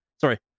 Sorry